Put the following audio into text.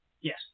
yes